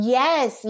yes